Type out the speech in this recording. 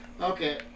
okay